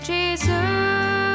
Jesus